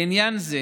לעניין זה